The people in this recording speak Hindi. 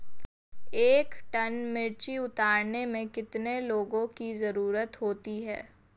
एक टन मिर्ची उतारने में कितने लोगों की ज़रुरत होती है?